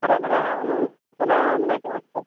ᱟᱨᱟᱜ ᱫᱷᱟᱨᱟᱣᱟᱜ ᱚᱱᱮ ᱚᱱᱟ ᱢᱮᱱᱟᱜ ᱟᱪᱮ ᱵᱟᱝ